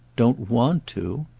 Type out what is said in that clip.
don't want to?